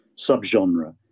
sub-genre